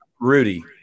Rudy